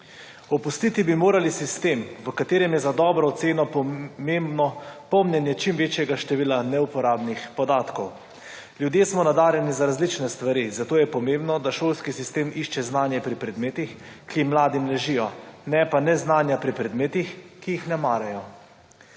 Opustiti bi morali sistem, v katerem je za dobro oceno pomembno pomnjenje čim večjega števila neuporabnih podatkov. Ljudje smo nadarjeni za različne stvari, zato je pomembno, da šolski sistem išče znanje pri predmetih, ki mladim ležijo ne pa neznanja pri predmetih, ki ji ne marajo.